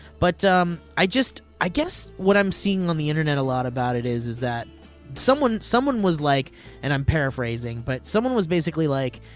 but um i just, i guess what i'm seeing on the internet a lot about it is is that someone someone was like and i'm paraphrasing but someone was basically like,